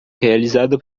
realizada